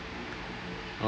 uh